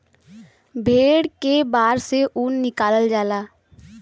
भेड़ के बार से ऊन निकालल जाला